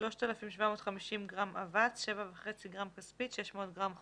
3,750 גרם אבץ, 7.5 גרם כספית, 600 גרם כרום.